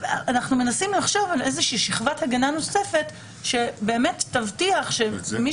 אנחנו מנסים לחשוב על איזושהי שכבת הגנה נוספת שתבטיח שמי